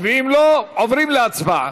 ואם לא, עוברים להצבעה.